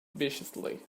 viciously